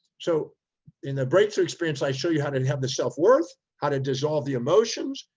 so in the breakthrough experience, i show you how to have the self worth, how to dissolve the emotions,